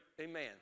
Amen